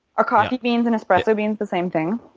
are coffee beans and espresso beans the same thing?